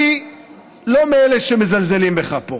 אני לא מאלה שמזלזלים בך פה.